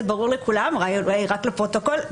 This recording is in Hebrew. זה ברור לכולם, אולי רק לפרוטוקול.